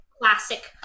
Classic